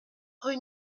rue